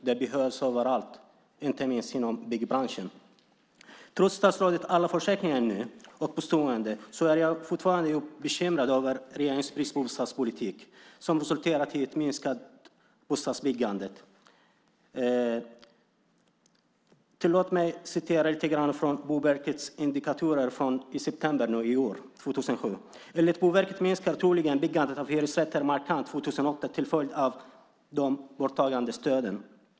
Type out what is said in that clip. Det behövs överallt, inte minst inom byggbranschen. Trots statsrådets alla försäkringar och påståenden är jag fortfarande djupt bekymrad över regeringens bostadspolitik, som resulterat i ett minskat bostadsbyggande. Tillåt mig läsa lite grann från Boverkets indikatorer från i september 2007: Enligt Boverket minskar troligen byggandet av hyresrätter markant 2008 till följd av de borttagna stöden.